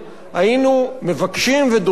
היינו מבקשים ודורשים,